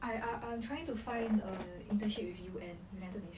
I I'm trying to find a internship with U_N united nations